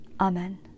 amen